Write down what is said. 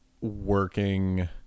working